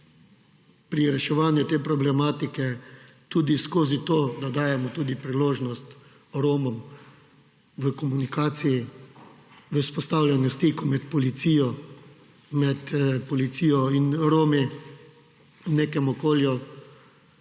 pri reševanju te problematike tudi skozi to, da dajemo tudi priložnost Romom v komunikaciji, v vzpostavljanju stikov med policijo in Romi v nekem okolju.